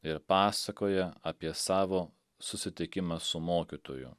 ir pasakoja apie savo susitikimą su mokytoju